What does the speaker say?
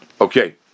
Okay